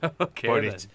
Okay